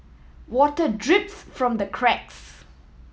water drips from the cracks